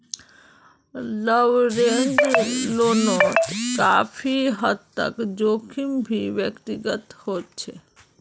leveraged लोनोत काफी हद तक जोखिम भी व्यक्तिगत होचे